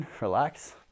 relax